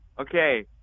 Okay